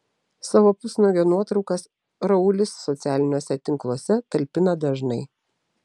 savo pusnuogio nuotraukas raulis socialiniuose tinkluose talpina dažnai